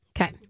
Okay